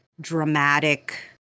dramatic